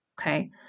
Okay